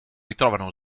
ritrovano